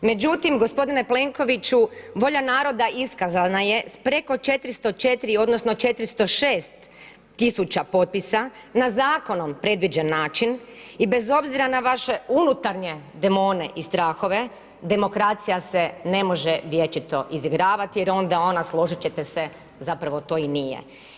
Međutim gospodine Plenkoviću, volja naroda iskazana je s preko 404, odnosno 406 000 potpisa, na zakonom predviđen način i bez obzira na vaše unutarnje demone i strahove, demokracija se ne može vječito izigravat jer onda ona, složit ćete se, zapravo to i nije.